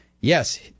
Yes